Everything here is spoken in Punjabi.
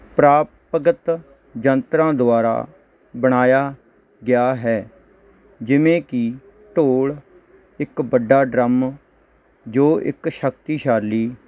ਪ੍ਰਾਪਗਤ ਯੰਤਰਾਂ ਦੁਆਰਾ ਬਣਾਇਆ ਗਿਆ ਹੈ ਜਿਵੇਂ ਕੀ ਢੋਲ ਇੱਕ ਵੱਡਾ ਡਰੱਮ ਜੋ ਇੱਕ ਸ਼ਕਤੀਸ਼ਾਲੀ